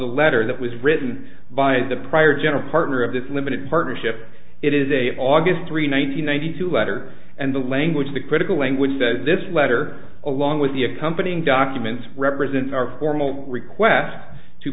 the letter that was written by the prior general partner of this limited partnership it is a august three one thousand nine hundred two letter and the language the critical language says this letter along with the accompanying documents represents our formal request to